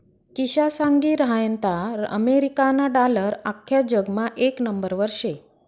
किशा सांगी रहायंता अमेरिकाना डालर आख्खा जगमा येक नंबरवर शे